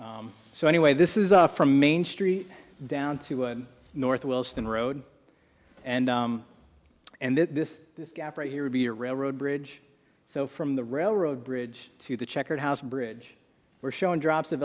sense so anyway this is from main street down to one north wilson road and and then this this gap right here would be a railroad bridge so from the railroad bridge to the checkered house bridge we're showing drops of